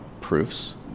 proofs